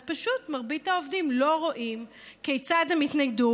אז פשוט מרבית העובדים לא רואים כיצד הם יתניידו